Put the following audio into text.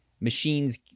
machines